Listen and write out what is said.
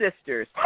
sisters